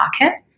market